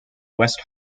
west